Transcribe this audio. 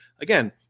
again